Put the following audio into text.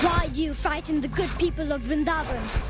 you frighten the good people of vrindavan?